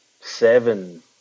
seven